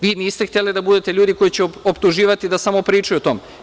Vi niste hteli da budete ljudi koji će optuživati da samo pričaju o tome.